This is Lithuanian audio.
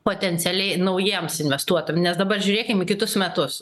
potencialiai naujiems investuotojam nes dabar žiūrėkim į kitus metus